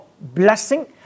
blessing